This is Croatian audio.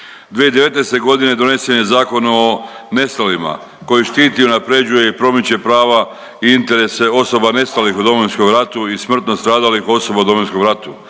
2019.g. donesen je Zakon o nestalima koji štiti i unaprjeđuje i promiče prava i interese osoba nestalih u Domovinskom ratu i smrtno stradalih osoba u Domovinskom ratu,